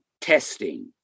testing